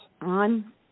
on